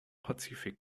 pazifik